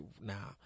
now